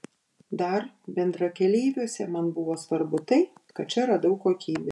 dar bendrakeleiviuose man buvo svarbu tai kad čia radau kokybę